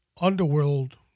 underworld